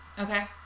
Okay